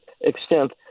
extent